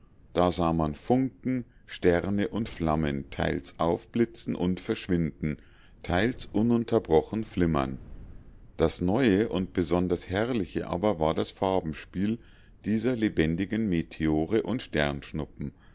da sah man funken sterne und flammen teils aufblitzen und verschwinden teils ununterbrochen flimmern das neue und besonders herrliche aber war das farbenspiel dieser lebendigen meteore und sternschnuppen